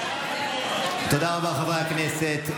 תודה רבה, חברי הכנסת.